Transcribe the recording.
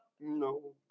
No